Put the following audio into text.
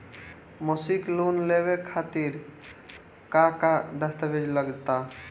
मसीक लोन लेवे खातिर का का दास्तावेज लग ता?